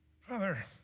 Father